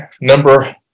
number